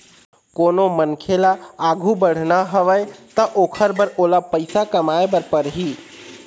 कोनो मनखे ल आघु बढ़ना हवय त ओखर बर ओला पइसा कमाए बर परही